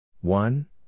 one